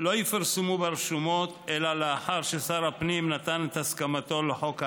לא יפורסמו ברשומות אלא לאחר ששר הפנים נתן את הסכמתו לחוק העזר.